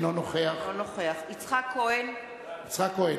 אינו נוכח יצחק כהן,